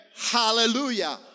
Hallelujah